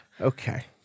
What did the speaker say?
Okay